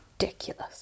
ridiculous